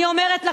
אני אומרת לכם,